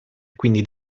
quindi